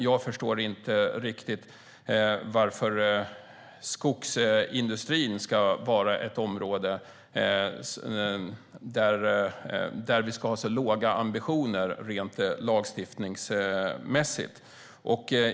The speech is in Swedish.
Jag förstår inte riktigt varför skogsindustrin ska vara ett område där vi ska ha så låga ambitioner rent lagstiftningsmässigt. Herr talman!